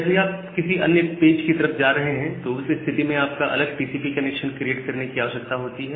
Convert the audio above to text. जब भी आप किसी अन्य पेज की तरफ जा रहे हैं तो उस स्थिति में आपको एक अलग टीसीपी कनेक्शन क्रिएट करने की आवश्यकता होती है